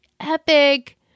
epic